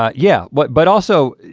ah yeah, but but also,